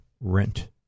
rent